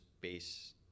base